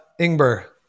Ingber